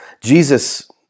Jesus